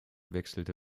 wechselte